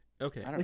Okay